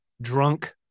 drunk